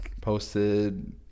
posted